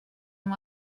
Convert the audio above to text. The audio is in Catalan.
amb